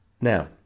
Now